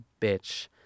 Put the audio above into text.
bitch